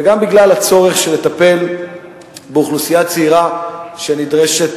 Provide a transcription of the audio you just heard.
וגם בגלל הצורך לטפל באוכלוסייה צעירה שנדרשת